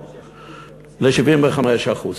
ל-75%?